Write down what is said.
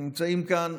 נמצאים כאן